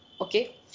Okay